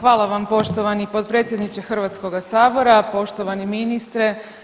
Hvala vam poštovani potpredsjedniče Hrvatskoga sabora, poštovani ministre.